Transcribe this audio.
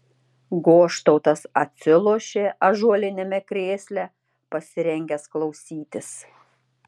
goštautas atsilošė ąžuoliniame krėsle pasirengęs klausytis